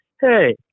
hey